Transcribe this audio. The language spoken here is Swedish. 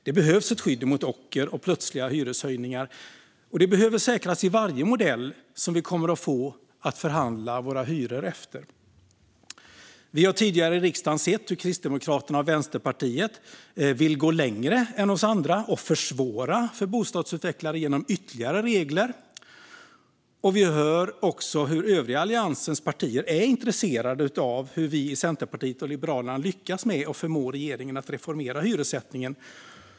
Det behövs ett skydd mot ocker och plötsliga hyreshöjningar, och det behöver säkras i varje modell som vi kommer få att förhandla våra hyror efter. Vi har tidigare i riksdagen sett hur Kristdemokraterna och Vänsterpartiet vill gå längre än oss andra och försvåra för bostadsutvecklare genom ytterligare regler. Och vi hör hur övriga Alliansens partier är intresserade av hur vi i Centerpartiet och Liberalerna lyckas med att förmå regeringen att reformera hyressättningen.